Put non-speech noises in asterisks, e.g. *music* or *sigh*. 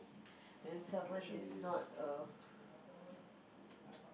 *noise* then someone is not a *noise*